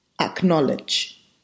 acknowledge